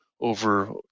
over